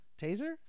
Taser